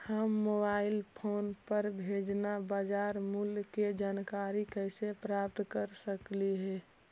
हम mobile phone पर रोजाना बाजार मूल्य के जानकारी कैसे प्राप्त कर सकली हे?